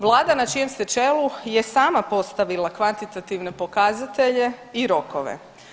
Vlada na čijem ste čelu je sama postavila kvantitativne pokazatelje i rokove.